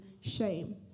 shame